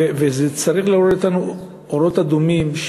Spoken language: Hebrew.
וזה צריך להאיר לנו אורות אדומים,